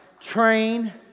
train